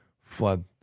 flood